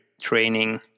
training